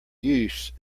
use